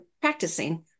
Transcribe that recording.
practicing